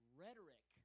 rhetoric